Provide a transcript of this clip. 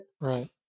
Right